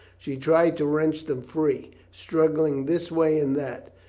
she tried to wrench them free, struggling this way and that,